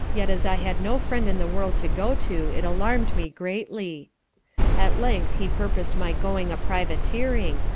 yet as i had no friend in the world to go to, it alarm'd me greatly at length he purpos'd my going a privateering,